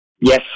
Yes